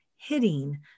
Hitting